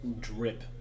drip